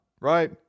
right